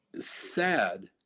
sad